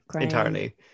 entirely